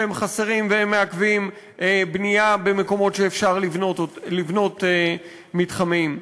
שהם חסרים והם מעכבים בנייה במקומות שאפשר לבנות מתחמים?